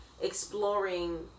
exploring